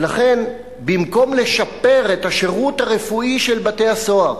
ולכן, במקום לשפר את השירות הרפואי של בתי-הסוהר